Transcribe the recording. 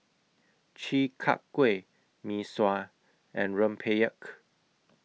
Chi Kak Kuih Mee Sua and Rempeyek